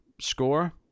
score